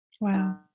Wow